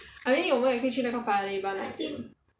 I mean 我们也可以去那个 paya lebar 那间